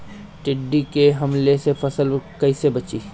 टिड्डी के हमले से फसल कइसे बची?